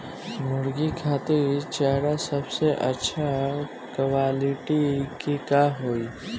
मुर्गी खातिर चारा सबसे अच्छा क्वालिटी के का होई?